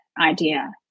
idea